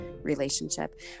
relationship